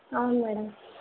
అవును మేడం